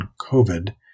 COVID